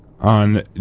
on